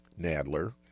Nadler